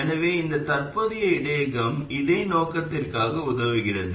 எனவே இந்த தற்போதைய இடையகம் இதே நோக்கத்திற்காக உதவுகிறது